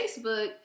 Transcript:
Facebook